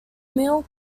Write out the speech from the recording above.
mill